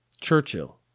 churchill